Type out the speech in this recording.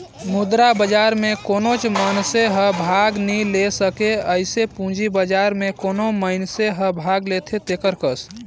मुद्रा बजार में कोनोच मइनसे हर भाग नी ले सके जइसे पूंजी बजार में कोनो मइनसे हर भाग लेथे तेकर कस